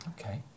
Okay